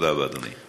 תודה רבה, אדוני.